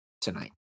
tonight